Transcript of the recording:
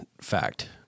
fact